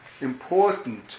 important